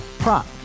Prop